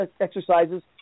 exercises